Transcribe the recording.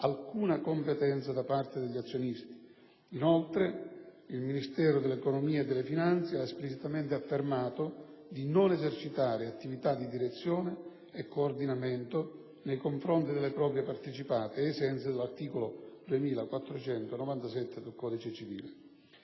alcuna competenza da parte degli azionisti. Inoltre, il Ministero dell'economia e delle finanze ha esplicitatamente affermato di non esercitare attività di direzione e coordinamento nei confronti delle proprie partecipate, ai sensi dell'articolo 2497 del codice civile.